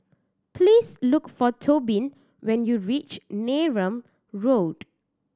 please look for Tobin when you reach Neram Road